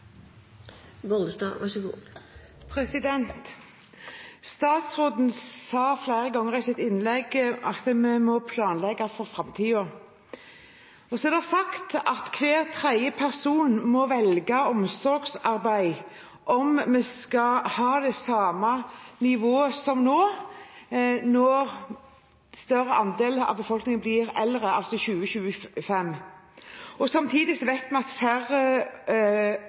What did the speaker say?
Statsråden sa flere ganger i sitt innlegg at vi må planlegge for framtiden. Og så er det sagt at hver tredje person må velge omsorgsarbeid om vi skal ha det samme nivået som nå når en større andel av befolkningen blir eldre, altså i 2025. Samtidig vet vi at færre